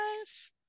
life